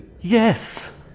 Yes